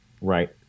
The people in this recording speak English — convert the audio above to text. right